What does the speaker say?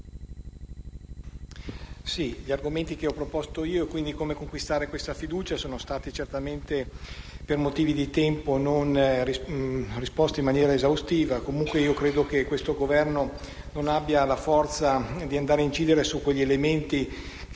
Agli argomenti che ho proposto, su come conquistare la fiducia dei cittadini, per motivi di tempo non si è risposto in maniera esaustiva. Comunque, credo che questo Governo non abbia la forza di andare a incidere sugli elementi che